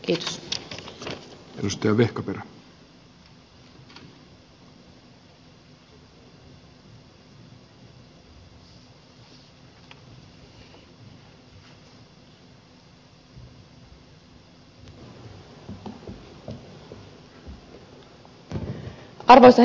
arvoisa herra puhemies